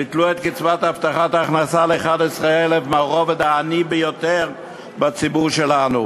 ביטלו את קצבת הבטחת הכנסה לכ-11,000 מהרובד העני ביותר בציבור שלנו.